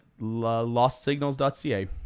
lostsignals.ca